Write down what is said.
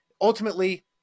ultimately